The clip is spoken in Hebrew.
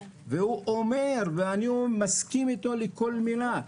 אני מסכים אתו לכל מילה,